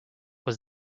was